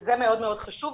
זה מאוד מאוד חשוב,